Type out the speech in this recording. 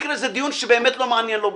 במקרה זה דיון שבאמת לא מעניין לוביסטים,